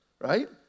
right